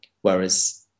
Whereas